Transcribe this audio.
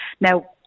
Now